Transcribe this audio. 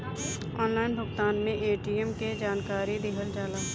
Online भुगतान में ATM के जानकारी दिहल जाला?